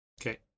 Okay